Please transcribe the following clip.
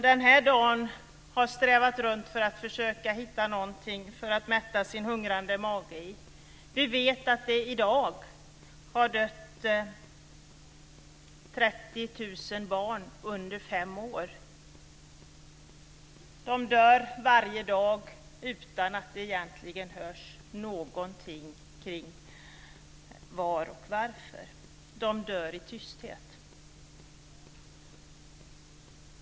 Den här dagen har de strävat runt för att försöka hitta någonting att mätta sin hungrande mage med. I dag har det dött 30 000 barn under fem år. De dör varje dag utan att det egentligen hörs någonting om var och varför. De dör i tysthet.